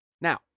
Now